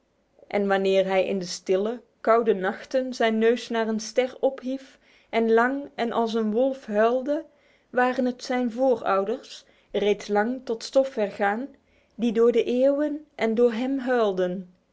en wanneer hij in de stille koude nachten zijn neus naar een ster ophief en lang en als een wolf huilde waren het zijn voorouders reeds lang tot stof vergaan die door de eeuwen en door hem huilden